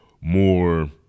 more